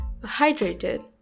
hydrated